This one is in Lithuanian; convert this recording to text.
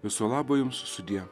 viso labo jums sudie